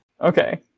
Okay